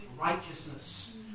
righteousness